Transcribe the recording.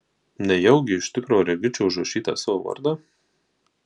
nejaugi iš tikro regiu čia užrašytą savo vardą